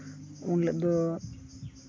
ᱩᱱ ᱦᱤᱞᱳᱜ ᱫᱚ